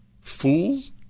fools